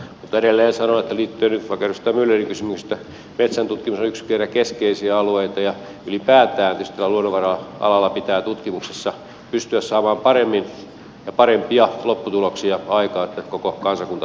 mutta edelleen sanon liittyen nyt vaikka edustaja myllerin kysymykseen että metsäntutkimusyksiköille keskeisillä alueilla ja ylipäätään tietysti täällä luonnonvara alalla pitää tutkimuksessa pystyä saamaan parempia lopputuloksia aikaan että koko kansakunta hyötyisi